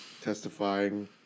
testifying